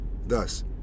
Thus